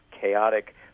chaotic